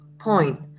point